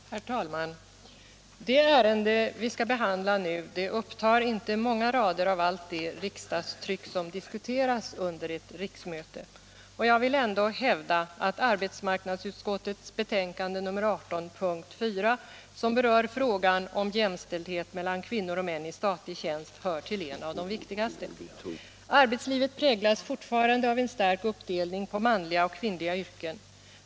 Herr talman! Det ärende som vi nu skall behandla upptar inte många rader av allt det riksdagstryck som diskuteras under ett riksmöte. Jag vill ändå hävda att arbetsmarknadsutskottets betänkande nr 18 p. 4, som berör frågan om jämställdhet mellan kvinnor och män i statlig tjänst, hör till de viktigaste. Arbetslivet präglas fortfarande av en stark uppdelning på manliga och kvinnliga yrken.